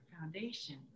foundation